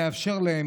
נאפשר להם,